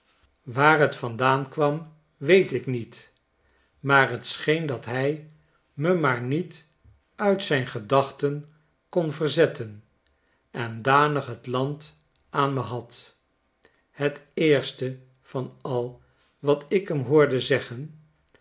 waar t vandaan kwam weet ik niet maar t scheen dat hij me maar niet uit zijn gedachten kon verzetten en danig het land aan me had het eerste van al wat ikhemhoorde zeggen